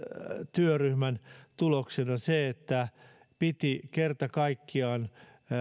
työryhmän tuloksena se että piti kerta kaikkiaan